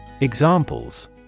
Examples